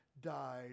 died